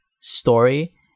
story